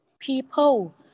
people